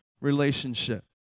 relationship